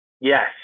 yes